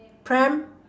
pram